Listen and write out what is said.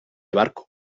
barco